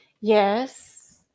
Yes